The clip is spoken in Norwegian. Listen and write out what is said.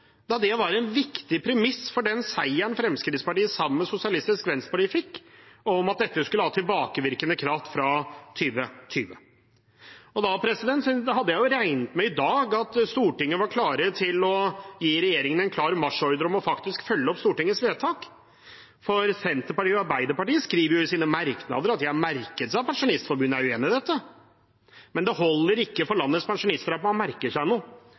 viktig premiss for den seieren Fremskrittspartiet sammen med Sosialistisk Venstreparti fikk om at dette skulle ha tilbakevirkende kraft fra 2020. Da hadde jeg regnet med at Stortinget i dag var klar til å gi regjeringen en klar marsjordre om faktisk å følge opp Stortingets vedtak. Senterpartiet og Arbeiderpartiet skriver jo i sine merknader at de har merket seg at Pensjonistforbundet er uenig i dette, men det holder ikke for landets pensjonister at man merker seg noe.